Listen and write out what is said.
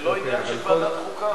זה לא עניין של ועדת חוקה.